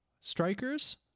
Strikers